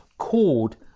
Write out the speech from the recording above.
called